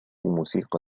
موسيقى